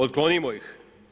Otklonimo ih.